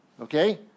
Okay